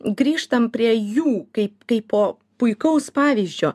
grįžtam prie jų kai kaipo puikaus pavyzdžio